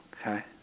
okay